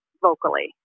vocally